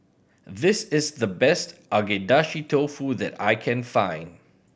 this is the best Agedashi Dofu that I can find